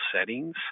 settings